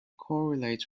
correlates